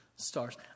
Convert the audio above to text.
stars